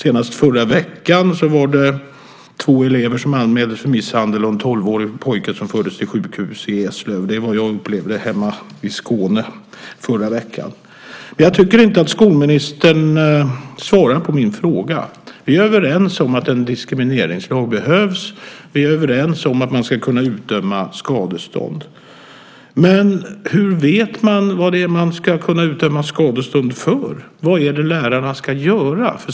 I förra veckan var det två elever som anmäldes för misshandel av en tolvårig pojke som fördes till sjukhus i Eslöv. Det var vad jag upplevde hemma i Skåne förra veckan. Jag tycker inte att skolministern svarar på min fråga. Vi är överens om att en diskrimineringslag behövs. Vi är överens om att man ska kunna utdöma skadestånd. Men hur vet man vad det är man ska kunna utdöma skadestånd för. Vad är det lärarna ska göra?